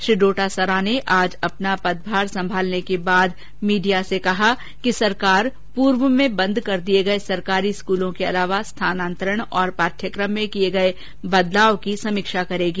श्री डोटासरा ने आज अपना पदभार संभालने के बाद मीडिया से कहा कि सरकार पूर्व में बंद करदिए गए सरकारी स्कूलों के अलावा स्थानांतरण और पाठ्यक्रम में किए बदलाव की समीक्षा करेगी